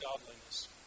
godliness